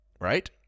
right